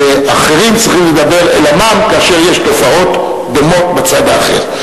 ואחרים צריכים לדבר אל עמם כאשר יש תופעות דומות בצד האחר.